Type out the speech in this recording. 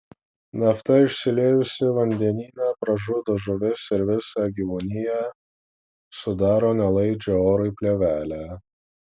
nafta išsiliejusi vandenyne pražudo žuvis ir visą gyvūniją sudaro nelaidžią orui plėvelę